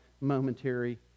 momentary